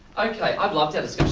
i've loved our discussion